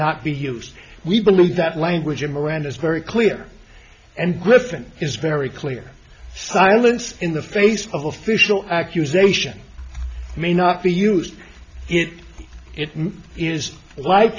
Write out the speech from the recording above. not be used we believe that language in miranda is very clear and glisten is very clear silence in the face of official accusation may not be used it is li